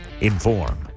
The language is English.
inform